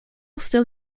still